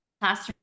classroom